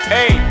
Hey